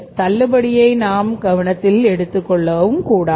தள்ளுபடியை நாம் கவனத்தில்எடுத்துக் கொள்ளவும் கூடாது